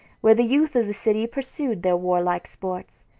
where the youth of the city pursued their warlike sports.